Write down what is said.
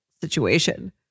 situation